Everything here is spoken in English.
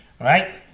Right